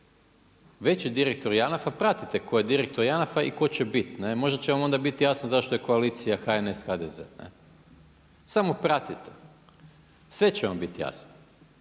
veći direktor JANAF-a, pratite tko je direktor JANAF-a i tko će biti, možda će vam onda biti jasno zašto je koalicija HNS, HDZ, samo pratite, sve će vam biti jasno.